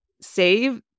Save